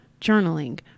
journaling